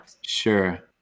sure